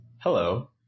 Hello